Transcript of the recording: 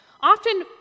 Often